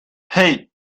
hey